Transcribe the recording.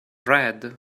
read